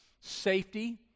safety